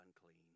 unclean